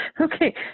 Okay